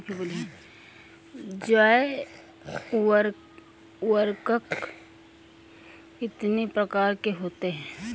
जैव उर्वरक कितनी प्रकार के होते हैं?